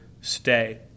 stay